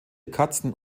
katzen